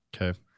Okay